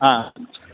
हा